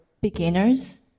beginners